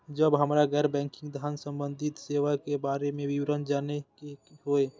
जब हमरा गैर बैंकिंग धान संबंधी सेवा के बारे में विवरण जानय के होय?